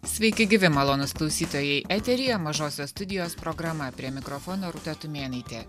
sveiki gyvi malonūs klausytojai eteryje mažosios studijos programa prie mikrofono rūta tumėnaitė